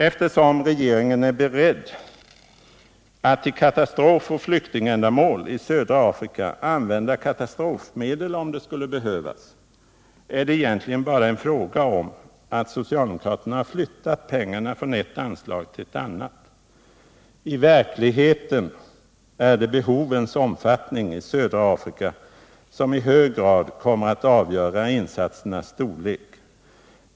Eftersom regeringen är beredd att till katastrofoch flyktingändamål i södra Afrika använda katastrofmedel, om det skulle behövas, är det egentligen bara fråga om att socialdemokraterna har flyttat pengarna från ett anslag till ett annat. I verkligheten är det behovens omfattning i södra Afrika som i hög grad kommer att avgöra insatsernas storlek.